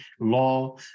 law